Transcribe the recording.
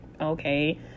okay